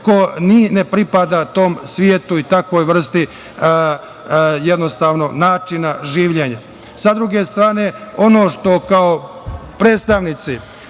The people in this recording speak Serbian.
ko ne pripada tom svetu i takvoj vrsti načina življenja. Sa druge strane, ono što kao predstavnici